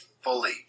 fully